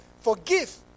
forgive